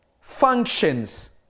functions